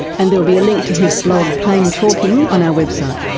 and there'll be a link to his blog, plane talking, on our website.